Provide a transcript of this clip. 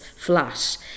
flat